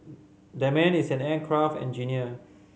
that man is an aircraft engineer